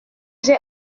j’ai